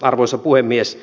arvoisa puhemies